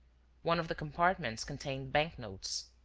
one of the compartments contained bank-notes.